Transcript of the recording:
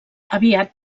aviat